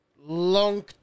long